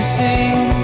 Sing